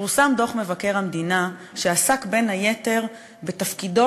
כשפורסם דוח מבקר המדינה שעסק בין היתר בתפקידו